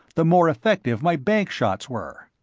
the more effective my bank shots were.